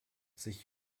sich